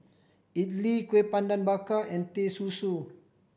idly Kuih Bakar Pandan and Teh Susu